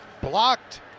blocked